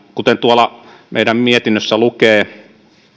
kuten tuolla meidän mietinnössämme lukee